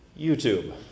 YouTube